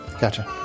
gotcha